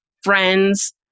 friends